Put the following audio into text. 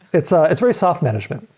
it's ah it's very soft management.